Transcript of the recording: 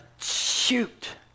Shoot